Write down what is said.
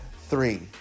Three